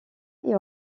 est